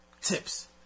tips